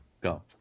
Go